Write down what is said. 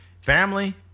family